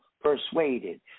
persuaded